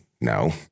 no